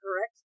correct